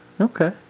Okay